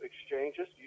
exchanges